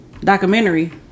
Documentary